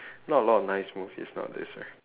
not a lot of nice movies nowadays right